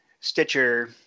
Stitcher